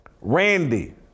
Randy